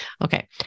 Okay